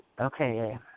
Okay